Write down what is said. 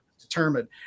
determined